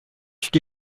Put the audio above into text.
phd